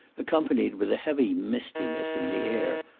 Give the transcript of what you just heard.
accompanied with a heavy mistiness in the air,